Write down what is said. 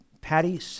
Patty